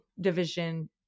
division